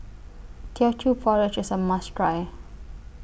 Teochew Porridge IS A must Try